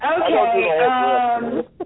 Okay